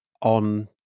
on